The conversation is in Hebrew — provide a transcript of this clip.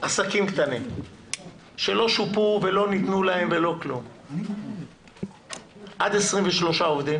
עסקים קטנים שלא שופו ולא ניתן להם עד 23 עובדים